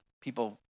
people